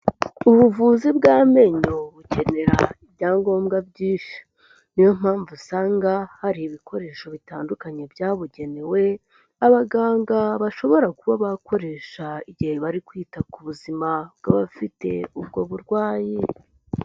Ubuvuzi bw'amenyo bukenera ibyangombwa byinshi, niyo mpamvu usanga hari ibikoresho bitandukanye byabugenewe, abaganga bashobora kuba bakoresha igihe bari kwita ku buzima bw'abafite ubwo burwayi.